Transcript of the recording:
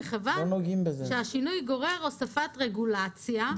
ומכיוון שהשינוי גורר הוספת רגולציה,